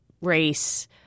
race